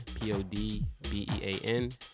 P-O-D-B-E-A-N